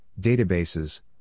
databases